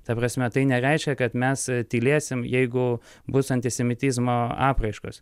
ta prasme tai nereiškia kad mes tylėsim jeigu bus antisemitizmo apraiškos